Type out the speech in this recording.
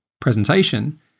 presentation